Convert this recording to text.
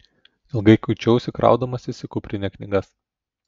ilgai kuičiausi kraudamasis į kuprinę knygas